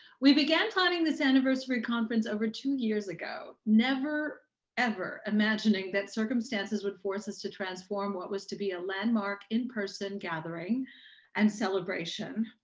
we began planning this anniversary conference over two years ago. never ever imagining that circumstances would force us to transform what was to be a landmark in-person gathering and celebration,